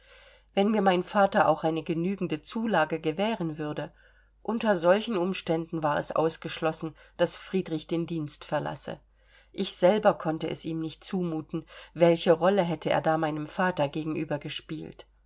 wenn mir mein vater auch eine genügende zulage gewähren würde unter solchen umständen war es ausgeschlossen daß friedrich den dienst verlasse ich selber konnte es ihm nicht zumuten welche rolle hätte er da meinem vater gegenüber gespielt